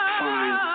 fine